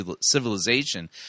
civilization